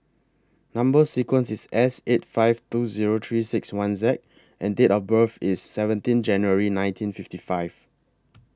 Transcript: Number sequence IS S eight five two Zero three six one Z and Date of birth IS seventeen January nineteen fifty five